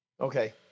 Okay